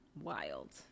Wild